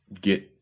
get